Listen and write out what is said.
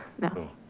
no.